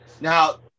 Now